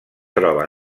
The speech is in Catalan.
troba